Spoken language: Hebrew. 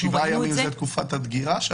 שבעה ימים זו תקופת הדגירה?